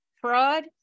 fraud